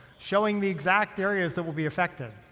showing the exact areas that will be affected.